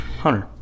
Hunter